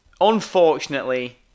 unfortunately